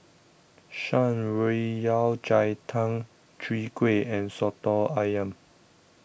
Shan Rui Yao Cai Tang Chwee Kueh and Soto Ayam